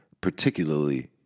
particularly